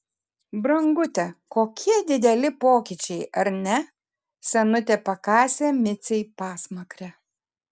brangute kokie dideli pokyčiai ar ne senutė pakasė micei pasmakrę